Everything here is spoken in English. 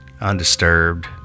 undisturbed